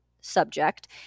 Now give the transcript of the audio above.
subject